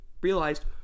realized